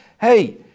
Hey